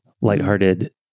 lighthearted